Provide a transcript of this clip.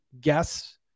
guess